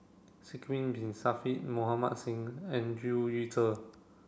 Sidek Bin Saniff Mohan Singh and Zhu Yu Ze